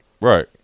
right